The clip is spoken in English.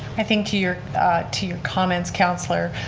i think to your to your comments, councilor,